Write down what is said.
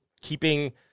keeping